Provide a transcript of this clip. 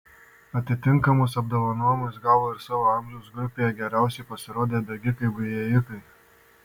atitinkamus apdovanojimus gavo ir savo amžiaus grupėje geriausiai pasirodę bėgikai bei ėjikai